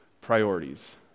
priorities